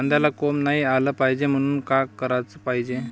कांद्याला कोंब नाई आलं पायजे म्हनून का कराच पायजे?